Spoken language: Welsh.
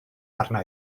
arna